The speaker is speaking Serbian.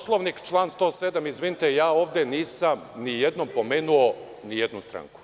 Poslovnik, član 107. izvinite, ja ovde nisam nijednom pomenuo nijednu stranku.